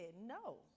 no